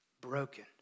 broken